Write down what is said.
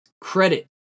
credit